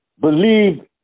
believe